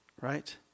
right